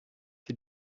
die